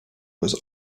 was